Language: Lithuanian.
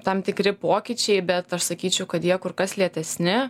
tam tikri pokyčiai bet aš sakyčiau kad jie kur kas lėtesni